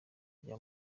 rya